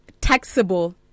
taxable